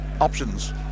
options